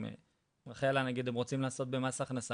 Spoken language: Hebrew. עם רחלה לדוגמא הם רוצים לעשות במס הכנסה